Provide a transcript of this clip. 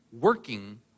working